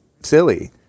silly